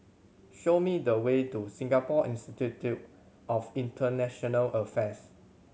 show me the way to Singapore Institute of International Affairs